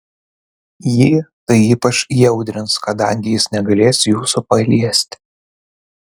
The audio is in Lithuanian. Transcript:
jį tai ypač įaudrins kadangi jis negalės jūsų paliesti